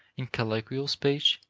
in colloquial speech,